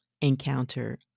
encounter